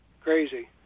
crazy